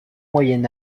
moyen